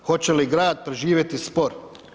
Hoće li grad preživjeti spor?